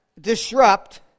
disrupt